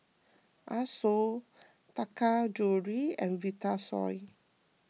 Asos Taka Jewelry and Vitasoy